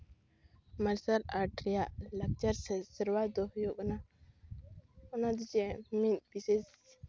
ᱢᱟᱨᱥᱟᱞ ᱟᱨᱴ ᱨᱮᱭᱟᱜ ᱞᱟᱠᱪᱟᱨ ᱥᱮ ᱥᱮᱨᱣᱟ ᱫᱚ ᱦᱩᱭᱩᱜ ᱠᱟᱱᱟ ᱚᱱᱟ ᱫᱚ ᱪᱮᱫ ᱢᱤᱫ ᱵᱤᱥᱮᱥ